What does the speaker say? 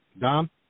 Dom